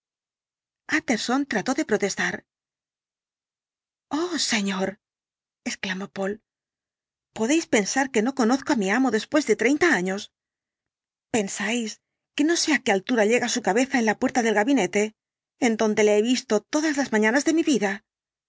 tjtterson trató de protestar oh señor exclamó poole podéis pensar que no conozco á mi amo después de treinta años pensáis que no sé á qué altura llega su cabeza en la puerta del gabinete en donde le he visto todas las mañanas de mi vida